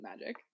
magic